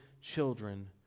children